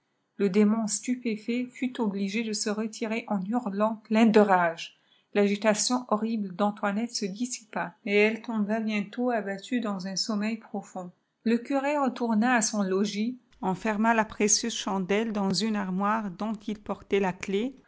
le démon stupéfait fut obligé de se retirer en hurlant plein de rage l'agitation horrible d'antoinette se dissipa et elle tomba bientôt abattue dans un sommeil profond le curé retourna à son logis enferma la précieuse chandelle dans une armoire dont il portait la def